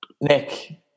Nick